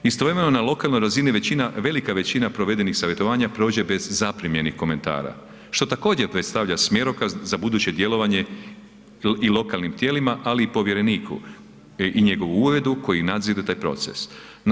Istovremeno na lokalnoj razini, velika većina provedenih savjetovanja prođe bez zaprimljenih komentara, što također pokazuje smjerokaz za buduće djelovanje i lokalnim tijelima, ali i povjereniku i njegovu uredu, koji nadziru taj proces.